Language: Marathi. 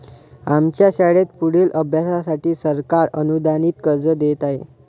आमच्या शाळेत पुढील अभ्यासासाठी सरकार अनुदानित कर्ज देत आहे